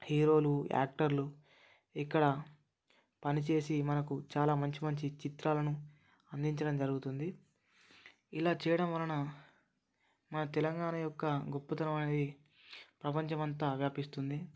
హీరోలు యాక్టర్లు ఇక్కడ పని చేసి మనకు చాలా మంచి మంచి చిత్రాలను అందించడం జరుగుతుంది ఇలా చేయడం వలన మన తెలంగాణ యొక్క గొప్పతనం అనేది ప్రపంచం అంతా వ్యాపిస్తుంది